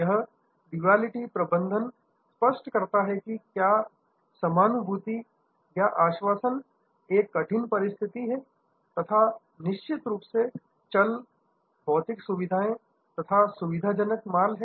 यह ड्युअलिटी प्रबंधन स्पष्ट करता है की क्या एंपैथीसमानुभूति या एश्योरेंस आश्वासन एक कठिन परिस्थिति है तथा निश्चित रूप से चल भौतिक सुविधाएं तथा सुविधाजनक माल है